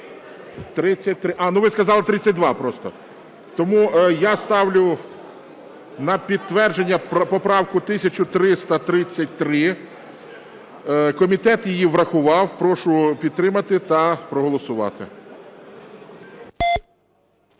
Ну, ви сказали – 32 просто. Тому я ставлю на підтвердження поправку 1333. Комітет її врахував. Прошу підтримати та проголосувати.